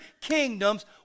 kingdoms